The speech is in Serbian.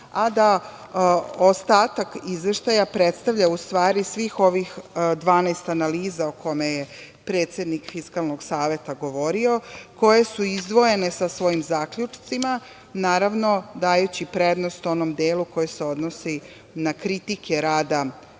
a da ostatak izveštaja predstavlja u stvari svih ovih 12 analiza o kome je predsednik Fiskalnog saveta govorio, koje su izdvojene sa svojim zaključcima, naravno dajući prednost onom delu koji se odnosi na kritike rada